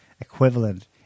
equivalent